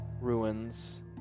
ruins